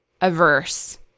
averse